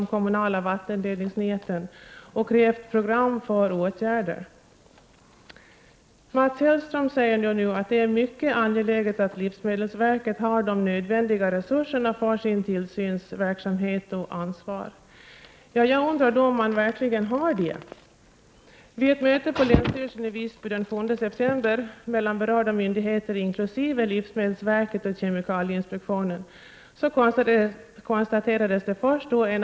Jag ser det också som något mycket angeläget att livsmedelsverket har de nödvändiga resurserna för den centrala tillsynen som verket ansvarar för.